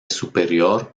superior